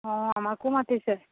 অঁ আমাকো মাতিছে